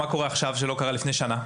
מה קורה עכשיו שלא קרה לפני שנה?